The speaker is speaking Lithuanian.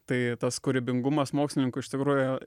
tai tas kūrybingumas mokslininkų iš tikrųjų